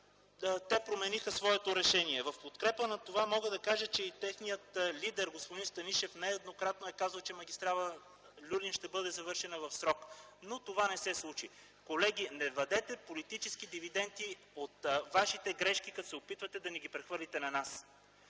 те промениха своето решение. В подкрепа на това мога да кажа, че и техният лидер господин Станишев нееднократно е казвал, че магистрала „Люлин” ще бъде завършена в срок. Но това не се случи! Колеги, не вадете политически дивиденти от вашите грешки, като се опитвате да ги прехвърлите на нас!